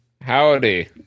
Howdy